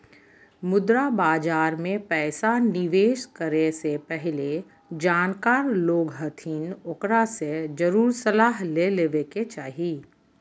मुद्रा बाजार मे पैसा निवेश करे से पहले जानकार लोग हथिन ओकरा से जरुर सलाह ले लेवे के चाही